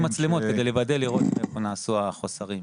מצלמות כדי לוודא ולראות איפה נעשו החוסרים.